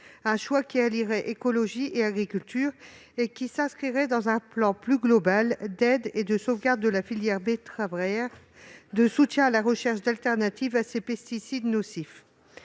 qui allierait écologie et agriculture et qui s'inscrirait dans un plan plus global d'aide et de sauvegarde de la filière betteravière, de soutien à la recherche d'alternatives à ces pesticides nocifs.